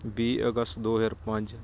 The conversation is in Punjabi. ਵੀਹ ਅਗਸਤ ਦੋ ਹਜ਼ਾਰ ਪੰਜ